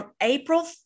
April